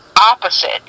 opposite